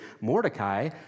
Mordecai